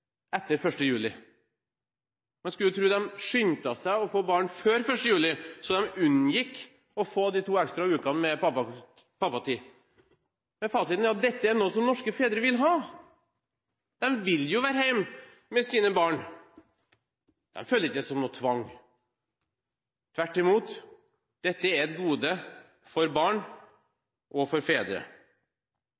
etter 1. juli. Man skulle jo tro at de skyndte seg å få barn før 1. juli, så de unngikk å få de to ekstra ukene med pappatid. Men fasiten er at dette er noe som norske fedre vil ha. De vil være hjemme med sine barn. De føler det ikke som noen tvang. Tvert imot, dette er et gode for barn